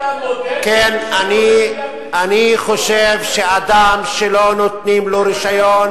אתה מעודד את מי שבונה בנייה בלתי חוקית?